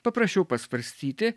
paprašiau pasvarstyti